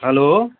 hello